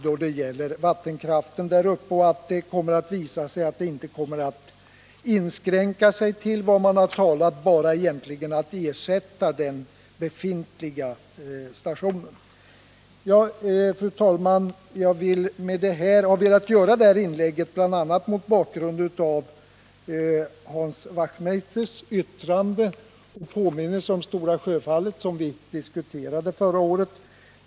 Det kommer nog inte att. som man en utbyggnad av vattenkraften sagt, inskränka sig till en ersättning av den redan befintliga stationen. Fru talman! Jag har velat göra det här inlägget bl.a. mot bakgrund av Hans Wachtmeisters påminnelse om Stora Sjöfallet, som diskuterades förra året.